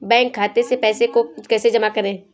Bank खाते से पैसे को कैसे जमा करें?